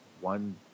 one